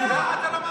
למה אתה לא